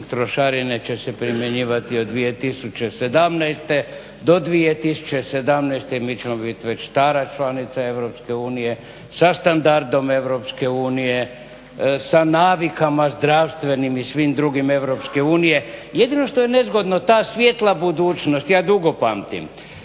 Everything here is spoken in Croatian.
trošarine će se primjenjivati od 2017., do 2017. mi ćemo biti već stara članica Europske unije sa standardom Europske unije, sa navikama zdravstvenim i svim drugim Europske unije. Jedino što je nezgodno ta svjetla budućnost, ja dugo pamtim,